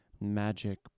magic